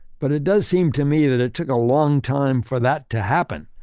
but it does seem to me that it took a long time for that to happen.